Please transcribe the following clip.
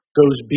goes